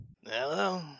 Hello